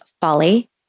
folly